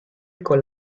con